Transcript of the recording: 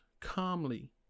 calmly